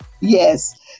yes